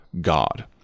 God